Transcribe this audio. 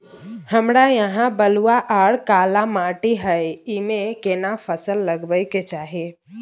हमरा यहाँ बलूआ आर काला माटी हय ईमे केना फसल लगबै के चाही?